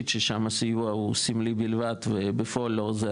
ששם הסיוע הוא סמלי בלבד ובפועל לא עוזר,